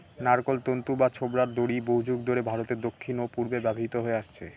নারকোল তন্তু বা ছোবড়ার দড়ি বহুযুগ ধরে ভারতের দক্ষিণ ও পূর্বে ব্যবহৃত হয়ে আসছে